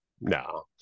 No